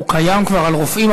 הוא קיים כבר על רופאים,